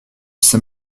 sait